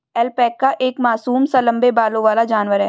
alpaca एक मासूम सा लम्बे बालों वाला जानवर है